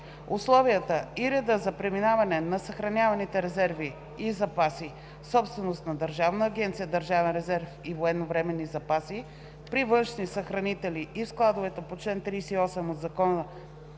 Условията и редът за преминаване на съхраняваните резерви и запаси, собственост на Държавна агенция „Държавен резерв и военновременни запаси“, при външни съхранители и в складове по чл. 38 от Закона